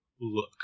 look